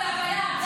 מי הלך,